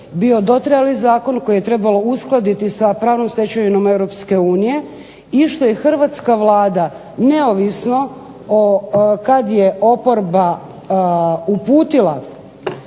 bio dotrajali zakon koji je trebalo uskladiti sa pravnom stečevinom EU i što je hrvatska Vlada neovisno kada je oporba uputila